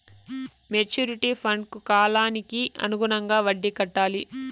maturity ఫండ్కు కాలానికి అనుగుణంగా వడ్డీ కట్టాలి